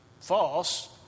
false